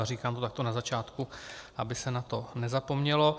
Říkám to na začátku, aby se na to nezapomnělo.